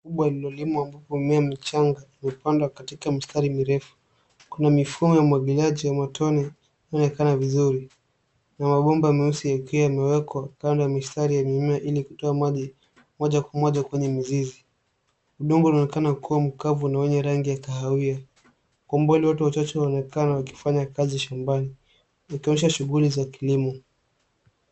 Shamba kubwa lililolimwa ambapo mchanga umepandwa katika mistari mirefu kuna mifumo ya umwagiliaji wa matone unaonekana vizuri. Kuna mbomba meusi yakiwa yamewekwa kando ya mistari ya mimea ili kutoa maji moja kwa moja kwenye mizizi. Udongo unaonekana kuwa mkavu na wenye rangi ya kahawia. Kwa umbali watu wachache wanaonekana wakifanya kazi shambani ikionyesha shughuli za kilimo.